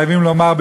חייבים לומר,